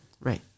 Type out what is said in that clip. Right